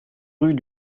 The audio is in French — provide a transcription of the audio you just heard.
rue